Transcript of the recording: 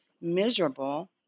miserable